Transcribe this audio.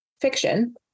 fiction